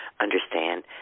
understand